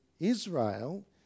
Israel